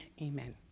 Amen